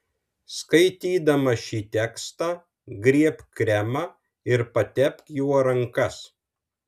skaitydama šį tekstą griebk kremą ir patepk juo rankas